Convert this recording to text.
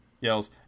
yells